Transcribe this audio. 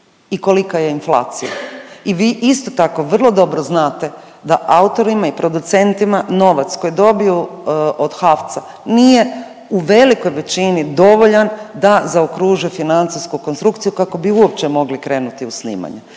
i kolika je inflacija i vi isto tako vrlo dobro znate da autorima i producentima novac koji dobiju od HAVC-a nije u velikoj većini dovoljan da zaokruže financijsku konstrukciju kako bi uopće mogli krenuti u snimanje